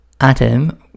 Adam